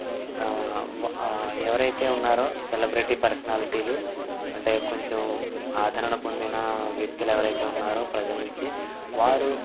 ఎవరైతే ఉన్నారో సెలబ్రిటీ పర్స్నాలిటీలూ అంటే కొంచెం ఆదరణ పొందిన వ్యక్తులు ఎవరైతే ఉన్నారో ప్రజల నుంచి వారు